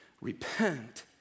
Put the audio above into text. Repent